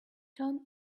turn